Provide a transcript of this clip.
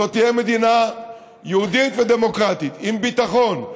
זו תהיה מדינה יהודית ודמוקרטית עם ביטחון,